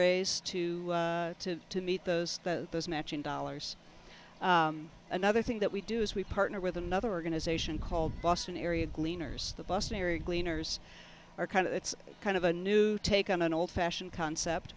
raise to to to meet those those matching dollars another thing that we do is we partner with another organization called boston area gleaners the bus mary cleaners are kind of it's kind of a new take on an old fashioned concept